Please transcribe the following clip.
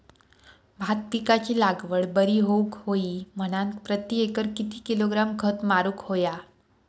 भात पिकाची लागवड बरी होऊक होई म्हणान प्रति एकर किती किलोग्रॅम खत मारुक होया?